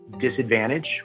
disadvantage